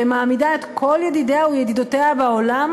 ומעמידה את כל ידידיה או ידידותיה בעולם